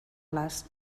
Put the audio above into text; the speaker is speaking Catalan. les